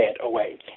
away